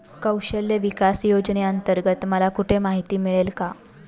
कौशल्य विकास योजनेअंतर्गत मला कुठे माहिती मिळेल?